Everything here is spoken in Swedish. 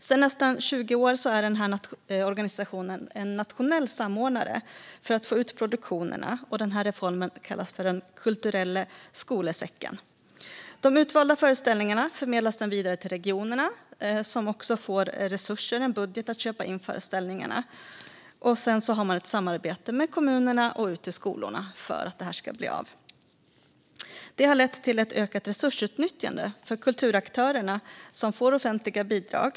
Sedan nästan 20 år tillbaka är organisationen nationell samordnare för att få ut produktionerna. Reformen kallas Den kulturelle skolesekken. De utvalda föreställningarna förmedlas vidare till regionerna, som har fått en budget för att köpa in föreställningarna. Sedan sker ett samarbete mellan kommunerna och skolorna. Detta har lett till ett ökat resursutnyttjande för de kulturaktörer som får offentliga bidrag.